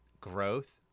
growth